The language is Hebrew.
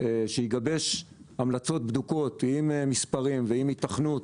שיגבש המלצות בדוקות עם מספרים ועם היתכנות,